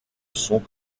son